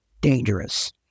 dangerous